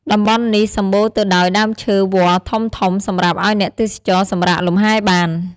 តំបន់នេះសម្បូរទៅដោយដើមឈើវល្លិ៍ធំៗសម្រាប់ឱ្យអ្នកទេសចរសម្រាកលំហែបាន។